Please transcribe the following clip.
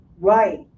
right